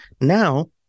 Now